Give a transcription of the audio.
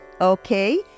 Okay